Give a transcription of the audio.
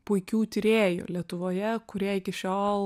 puikių tyrėjų lietuvoje kurie iki šiol